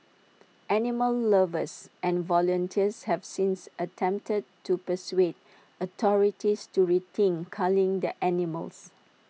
animal lovers and volunteers have since attempted to persuade authorities to rethink culling the animals